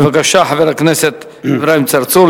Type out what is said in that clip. בבקשה, חבר הכנסת אברהים צרצור.